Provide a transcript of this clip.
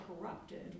corrupted